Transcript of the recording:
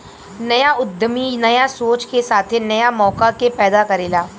न्या उद्यमी न्या सोच के साथे न्या मौका के पैदा करेला